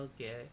Okay